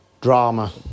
drama